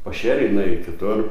pašėrei nuėjai kitur